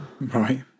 Right